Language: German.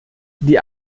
die